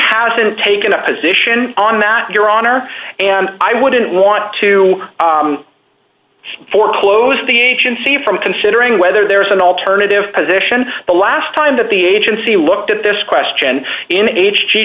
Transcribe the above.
hasn't taken a position on that your honor and i wouldn't want to foreclose the agency from considering whether there is an alternative position the last time that the agency looked at this question in h